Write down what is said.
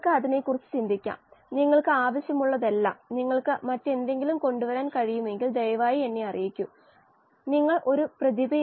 അല്ലെങ്കിൽ ഇത് നിരക്ക് ഒരു യൂണിറ്റ് ഏരിയയിലാണ് അവിടെ ഒഴുകുന്ന ദിശയ്ക്ക് ലംബമായി